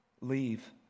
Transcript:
leave